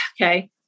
okay